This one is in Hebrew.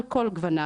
על כל גווניו,